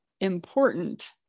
important